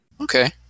Okay